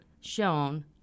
shown